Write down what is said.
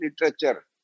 Literature